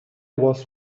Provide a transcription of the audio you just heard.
was